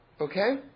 Okay